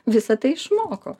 visa tai išmoko